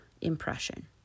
impression